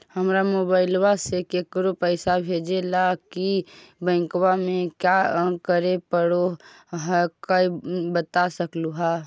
हमरा मोबाइलवा से केकरो पैसा भेजे ला की बैंकवा में क्या करे परो हकाई बता सकलुहा?